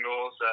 goals